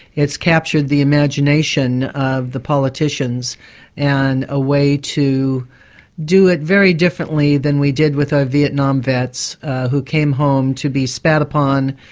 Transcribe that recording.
it's captured the imagination of the politicians and a way to do it very differently than we did with our vietnam vets who came home to be spat upon,